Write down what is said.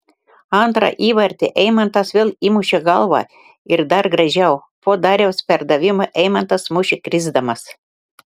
antrą įvartį eimantas vėl įmušė galva ir dar gražiau po dariaus perdavimo eimantas mušė krisdamas